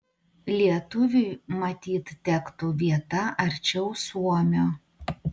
lietuviui matyt tektų vieta arčiau suomio